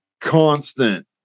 constant